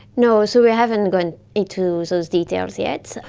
no, so we haven't got into those details yet.